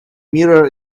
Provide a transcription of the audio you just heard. mirror